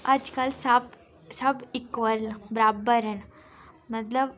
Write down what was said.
अज्जकल सब सब इक्वल बराबर न मतलब